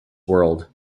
world